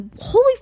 holy